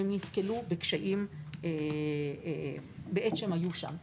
והם נתקלו בקשיים מקשיים שונים בעת שהם היו שם,